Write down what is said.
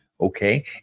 Okay